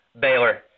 Baylor